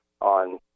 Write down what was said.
on